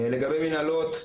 לגבי מנהלות,